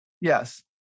Yes